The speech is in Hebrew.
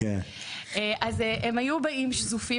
אז הם היו באים שזופים,